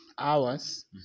Hours